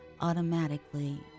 automatically